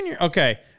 Okay